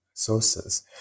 sources